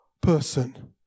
person